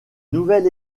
nouvel